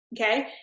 okay